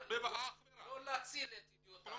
לא להציל את ידיעות אחרונות.